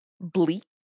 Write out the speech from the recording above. bleak